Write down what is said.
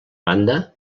banda